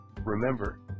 Remember